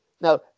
Now